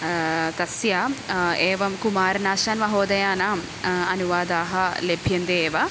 तस्य एवं कुमारनाशान् महोदयानाम् अनुवादाः लभ्यन्ते एव